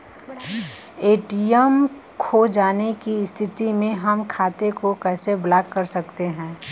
ATM खो जाने की स्थिति में हम खाते को कैसे ब्लॉक कर सकते हैं?